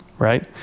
Right